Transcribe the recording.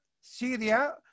Syria